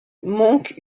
manque